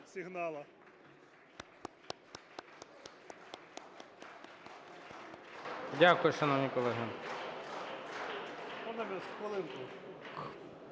Дякую, шановні колеги.